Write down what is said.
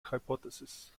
hypotheses